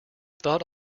thought